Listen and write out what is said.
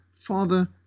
father